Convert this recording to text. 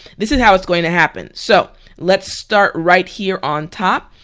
this is how it's going to happen, so let's start right here on top.